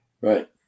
Right